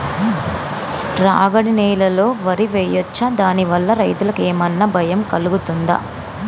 రాగడి నేలలో వరి వేయచ్చా దాని వల్ల రైతులకు ఏమన్నా భయం కలుగుతదా?